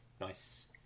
nice